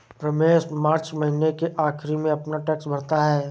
रमेश मार्च महीने के आखिरी में अपना टैक्स भरता है